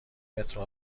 مترو